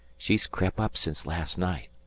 she's crep' up sence last night.